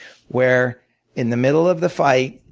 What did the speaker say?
where in the middle of the fight,